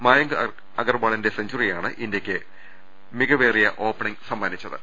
മായങ്ക് അഗർവാളിന്റെ സെഞ്ചറിയാണ് ഇന്തൃക്കു മികവേറിയ ഓപ്പ ണിങ്ങ് സമ്മാനിച്ചത്